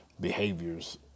behaviors